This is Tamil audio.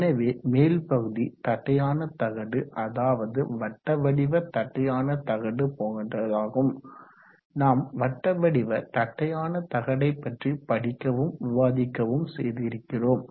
எனவே மேல் பகுதி தட்டையான தகடு அதாவது வட்ட வடிவ தட்டையான தகடு போன்றதாகும் நாம் வட்ட வடிவ தட்டையான தகடைப்பற்றி படிக்கவும் விவாதிக்கவும் செய்து இருக்கிறோம்